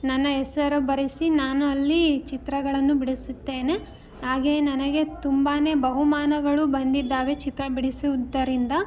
ನನ್ನ ಹೆಸರು ಬರೆಸಿ ನಾನು ಅಲ್ಲಿ ಚಿತ್ರಗಳನ್ನು ಬಿಡಿಸುತ್ತೇನೆ ಹಾಗೆಯೇ ನನಗೆ ತುಂಬಾ ಬಹುಮಾನಗಳು ಬಂದಿದ್ದಾವೆ ಚಿತ್ರ ಬಿಡಿಸುವುದರಿಂದ